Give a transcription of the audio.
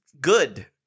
good—